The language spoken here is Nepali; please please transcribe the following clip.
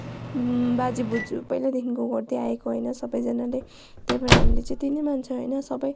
बाजे बज्यु पहिल्यैदेखिको गर्दैआएको होइन सबैजनाले त्यही भएर हामीले चाहिँ त्यही नै मान्छौँ होइन सबै